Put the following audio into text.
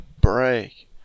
break